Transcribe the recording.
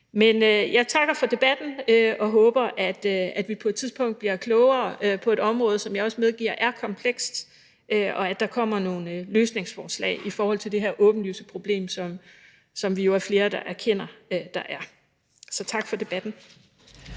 Men jeg takker for debatten og håber, at vi på et tidspunkt bliver klogere på et område, som jeg også medgiver er komplekst, og jeg håber også, at der kommer nogle løsningsforslag i forhold til det her åbenlyse problem, som vi jo er flere der erkender at der er. Så tak for debatten.